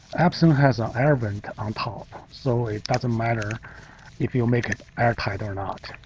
epson has an air vent on top, so it doesn't matter if you make it airtight or not.